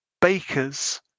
bakers